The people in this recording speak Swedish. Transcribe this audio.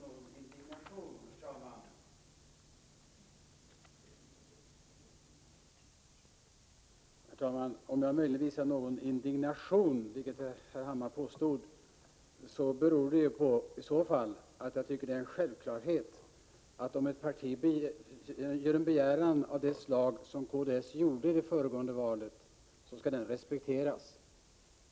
Herr talman! Om jag möjligen visade någon indignation, vilket herr Hammar påstod, beror det i så fall på att jag tycker det är en självklarhet att om ett parti gör en begäran av det slag som kds gjorde vid föregående val så skall den respekteras.